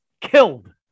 killed